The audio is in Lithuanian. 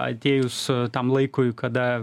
atėjus tam laikui kada